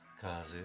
Cause